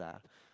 lah